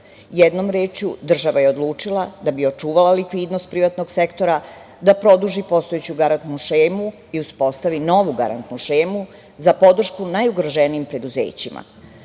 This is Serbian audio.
50%.Jednom rečju, država je odlučila, da bi očuvala likvidnost privrednog sektora, da produži postojeću garantnu šemu i uspostavi novu garantnu šemu za podršku najugroženijim preduzećima.